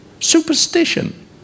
superstition